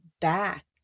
back